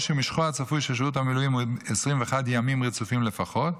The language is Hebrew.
או שמשכו הצפוי של שירות המילואים הוא 21 ימים רצופים לפחות.